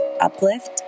uplift